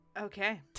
Okay